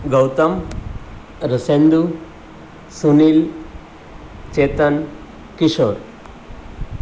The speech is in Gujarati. ગૌતમ રસેન્દુ સુનિલ ચેતન કિશોર